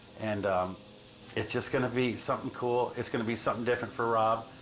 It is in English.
and it's just gonna be something cool. it's gonna be something different for rob.